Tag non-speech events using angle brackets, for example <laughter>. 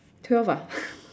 twelve ah <breath>